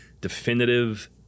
definitive